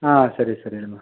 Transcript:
ಹಾಂ ಸರಿ ಸರಿ ಅಮ್ಮ